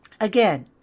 Again